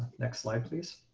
next slide please.